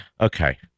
Okay